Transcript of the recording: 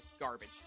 Garbage